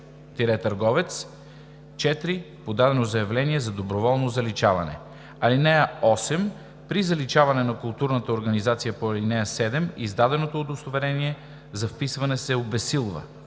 4. подадено заявление за доброволно заличаване. (8) При заличаване на културната организация по ал. 7 издаденото удостоверение за вписване се обезсилва.